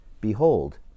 Behold